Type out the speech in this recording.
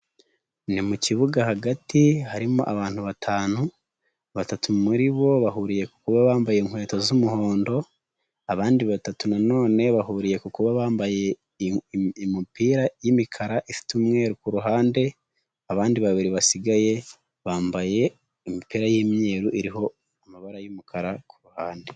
Ni mu kibuga hagati harimo abantu batanu, batatu muri bo, bahuriye kuba bambaye inkweto z'umuhondo, abandi batatu na none bahuriye ku kuba bambaye imipira y'imikara ifite umweru kuhande, abandi babiri basigaye bambaye imipira y'imweruru iriho amabara y'umukara kuruhande.